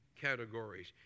categories